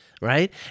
right